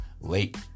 late